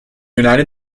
united